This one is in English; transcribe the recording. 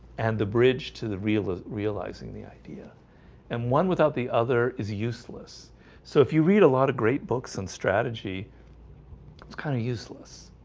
and the bridge to the real is realizing the idea and one without the other is useless so if you read a lot of great books and strategy it's kind of useless